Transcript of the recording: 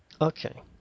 Okay